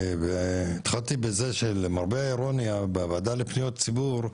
התחלתי בזה שלמרבה האירוניה בוועדה לפניות הציבור,